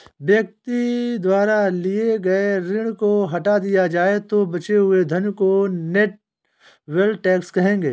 व्यक्ति द्वारा लिए गए ऋण को हटा दिया जाए तो बचे हुए धन को नेट वेल्थ टैक्स कहेंगे